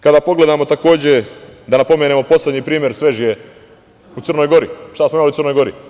Kada pogledamo, da napomenemo poslednji primer, svež je, u Crnoj Gori, šta smo imali u Crnoj Gori.